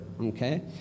okay